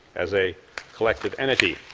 as a collective entity.